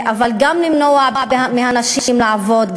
אבל גם למנוע מהנשים לעבוד,